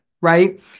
right